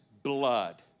blood